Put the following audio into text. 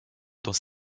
dans